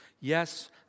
yes